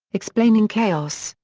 explaining chaos,